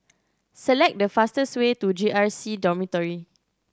select the fastest way to J R C Dormitory